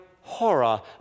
horror